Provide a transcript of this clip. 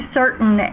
certain